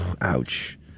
Ouch